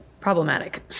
problematic